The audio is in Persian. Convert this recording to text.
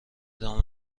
دام